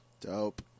Dope